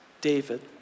David